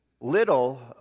little